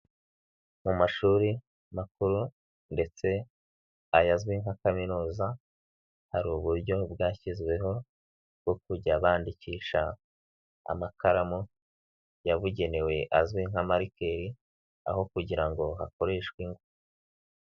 Mu mashuri makuru ndetse aya azwi nka kaminuza, hari uburyo bwashyizweho bwo kujya bandikisha amakaramu yabugenewe azwi nka marikeri aho kugira ngo hakoreshwe ingwa.